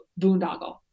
boondoggle